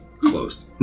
closed